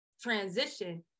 transition